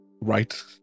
right